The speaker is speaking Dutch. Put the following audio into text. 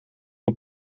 een